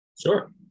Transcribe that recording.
sure